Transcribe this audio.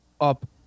up